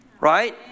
Right